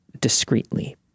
discreetly